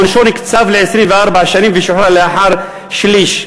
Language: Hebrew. עונשו נקצב ל-24 שנים והוא שוחרר לאחר שליש.